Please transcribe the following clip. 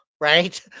right